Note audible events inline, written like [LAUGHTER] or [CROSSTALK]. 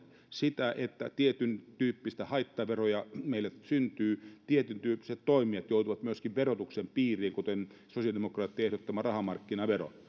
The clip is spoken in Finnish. sitä että tietyn tyyppisiä haittaveroja meille syntyy tietyn tyyppiset toimijat joutuvat myöskin verotuksen piiriin kuten sosiaalidemokraattien ehdottama rahamarkkinavero [UNINTELLIGIBLE]